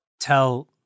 Tell